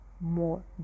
more